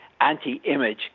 anti-image